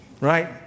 right